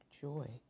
joy